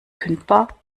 kündbar